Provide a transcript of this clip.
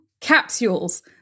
capsules